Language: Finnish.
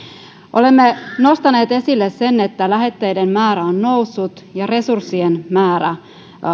olemme nostaneet esille sen että lähetteiden määrä on noussut ja resurssien määrä